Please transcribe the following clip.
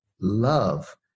love